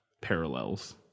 Parallels